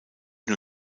nur